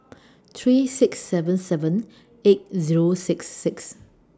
three six seven seven eight Zero six six